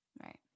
Right